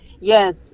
Yes